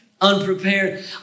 unprepared